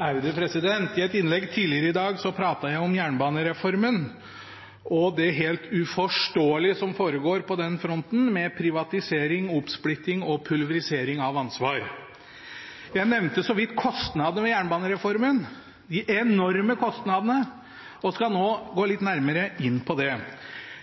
I et innlegg tidligere i dag pratet jeg om jernbanereformen og det helt uforståelige som foregår på den fronten, med privatisering, oppsplitting og pulverisering av ansvar. Jeg nevnte så vidt kostnadene ved jernbanereformen – de enorme kostnadene – og skal nå gå litt nærmere inn på det.